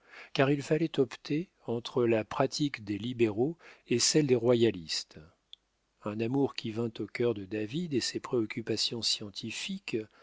car il fallait opter entre la pratique des libéraux et celle des royalistes un amour qui vint au cœur de david et ses préoccupations scientifiques